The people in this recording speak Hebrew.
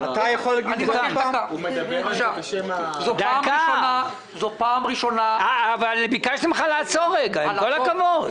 זאת הפעם הראשונה, לדעתי גם בעולם,